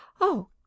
Oh